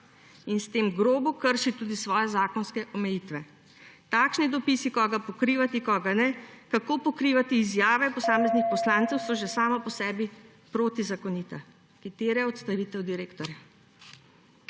in s tem grobo kršil tudi svoje zakonske omejitve. Takšni dopisi, koga pokrivati, koga ne, kako pokrivati izjave posameznih poslancev, so že sami po sebi protizakoniti, ki terjajo odstavitev direktorja.